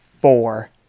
four